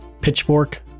pitchfork